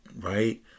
right